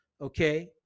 okay